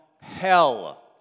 hell